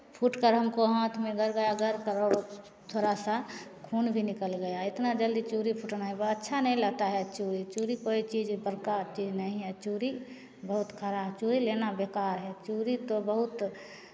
फूटकर हमको हाथ में गड़ गया गड़ कर और थोड़ा सा खून भी निकल गया इतना जल्दी चूड़ी फूटना अच्छा नहीं लगता है चूड़ी चूड़ी कोई चीज़ प्रकार चीज़ नहीं है चूड़ी बहुत खराब चूड़ी लेना बेकार है चूड़ी तो बहुत